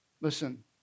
Listen